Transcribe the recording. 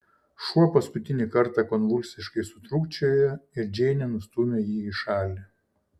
šuo paskutinį kartą konvulsiškai sutrūkčiojo ir džeinė nustūmė jį į šalį